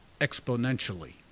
exponentially